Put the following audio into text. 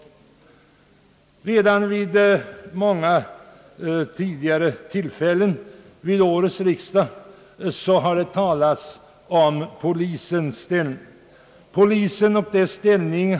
Det har redan vid många tidigare tillfällen vid årets riksdag talats om polisens ställning.